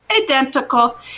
identical